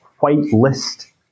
whitelist